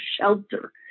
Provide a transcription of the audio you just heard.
shelter